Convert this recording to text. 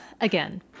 Again